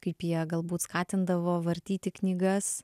kaip jie galbūt skatindavo vartyti knygas